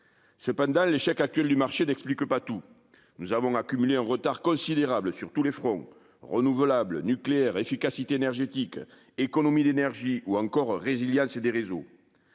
Cependant, l'échec actuel du marché n'explique pas tout. Nous avons accumulé un retard considérable sur tous les fronts : renouvelable, nucléaire, efficacité énergétique, économies d'énergie ou résilience des réseaux.